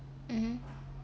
mm